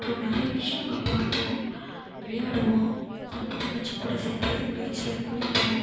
அப்புறம் நிறையா விஷயம் அங்கே பார்ப்போம் விளையாடுவோம் தம்பி தங்கச்சிங்க கூட சேர்ந்து பீச்சில் குளிப்போம்